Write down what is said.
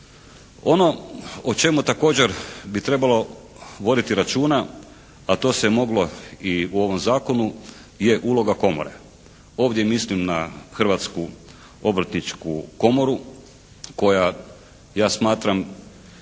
Ono o čemu također bi trebalo voditi računa, a to se moglo i u ovom zakonu, je uloga komore. Ovdje mislim na Hrvatsku obrtničku komoru koja ja smatram